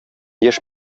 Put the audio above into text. яшь